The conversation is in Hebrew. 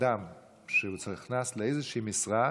לאדם שהוא נכנס לאיזושהי משרה,